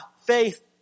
faith